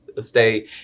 stay